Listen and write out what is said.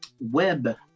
web